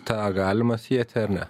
tą galima sieti ar ne